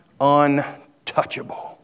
untouchable